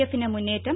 എഫിന് മുന്നേറ്റം